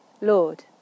Lord